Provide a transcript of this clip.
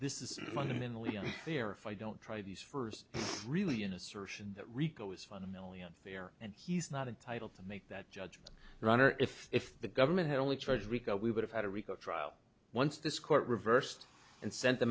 this is fundamentally unfair if i don't try these first really an assertion that rico is fundamentally unfair and he's not entitled to make that judgment run or if if the government had only charge rico we would have had a rico trial once this court reversed and sent